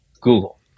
Google